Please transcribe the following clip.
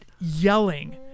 yelling